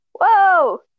Whoa